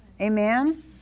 Amen